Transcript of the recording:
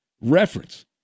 reference